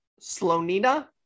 Slonina